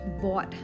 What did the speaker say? bought